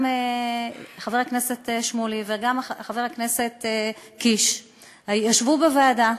גם חבר הכנסת שמולי וגם חבר הכנסת קיש ישבו בוועדה,